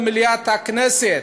במליאת הכנסת,